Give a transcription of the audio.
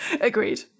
Agreed